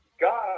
God